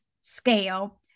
Scale